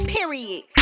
Period